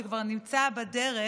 שכבר נמצא בדרך,